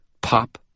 Pop